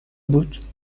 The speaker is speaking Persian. بود